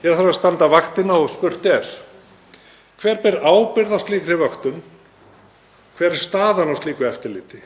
Hér þarf að standa vaktina og spurt er: Hver ber ábyrgð á slíkri vöktun? Hver er staðan á slíku eftirliti?